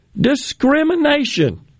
discrimination